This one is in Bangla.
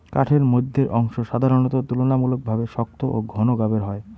কাঠের মইধ্যের অংশ সাধারণত তুলনামূলকভাবে শক্ত ও ঘন গাবের হয়